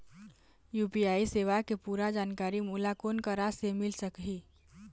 UPI सेवा के पूरा जानकारी मोला कोन करा से मिल सकही?